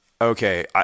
okay